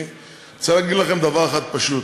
אני רוצה להגיד לכם דבר אחד פשוט: